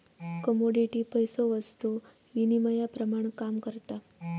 commodity पैसो वस्तु विनिमयाप्रमाण काम करता